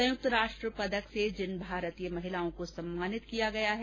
संयुक्त राष्ट्र पदक से जिन भारतीय महिलाओं को सम्मानित किया गया है